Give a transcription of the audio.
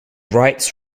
rights